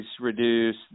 reduce